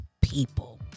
people